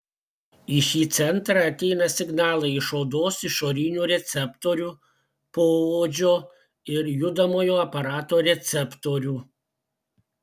į šį centrą ateina signalai iš odos išorinių receptorių poodžio ir judamojo aparato receptorių